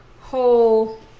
whole